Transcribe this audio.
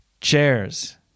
chairs